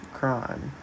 crime